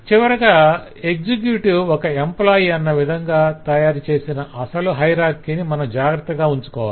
చివరగా ఎక్సెక్యుటివ్ ఒక ఎంప్లాయ్ అన్న విధంగా తయారుచేసిన అసలు హయరార్కిని మనం జాగ్రత్తగా ఉంచుకోవాలి